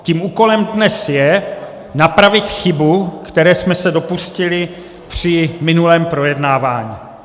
Tím úkolem dnes je napravit chybu, které jsme se dopustili při minulém projednávání.